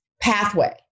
pathway